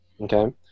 Okay